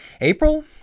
april